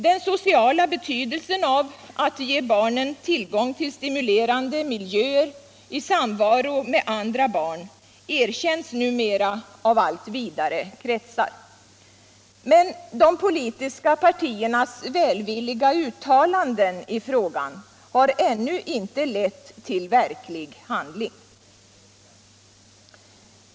Den sociala betydelsen av att ge barnen tillgång tuill stimulerande miljöer i samvaro med andra barn erkänns numera av allt vidare kretsar. Men de politiska partiernas välvilliga uttalanden i frågan har ännu inte lett till verklig handling.